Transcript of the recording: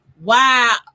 Wow